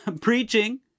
preaching